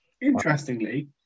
Interestingly